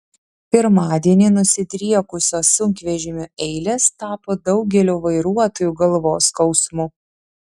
pirmadienį nusidriekusios sunkvežimių eilės tapo daugelio vairuotojų galvos skausmu